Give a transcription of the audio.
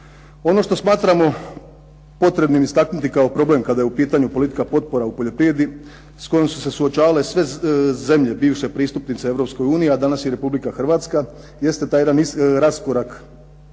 Ono što smatramo potrebnim istaknuti kao problem kada je u pitanju politika potpora u poljoprivredi, s kojom su se suočavale sve zemlje bivše pristupnice Europskoj uniji, a danas i Republika Hrvatske, jeste taj jedan raskorak